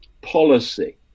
policy